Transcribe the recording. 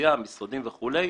לתעשייה וכדומה,